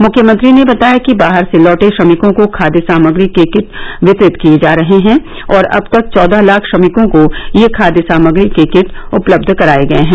मुख्यमंत्री ने बताया कि बाहर से लौटे श्रमिकों को खाद्य सामग्री के किट वितरित किए जा रहे हैं और अब तक चौदह लाख श्रमिकों को यह खाद्य सामग्री के किट उपलब्ध कराए गए हैं